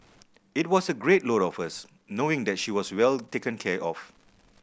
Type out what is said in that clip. it was a great load off us knowing that she was well taken care of